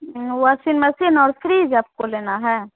washing machine और fridge आपको लेना है